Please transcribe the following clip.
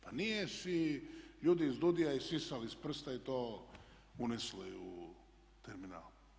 Pa nije si ljudi iz DUUDI-a isisali iz prsta i to unesli u terminal.